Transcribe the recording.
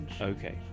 Okay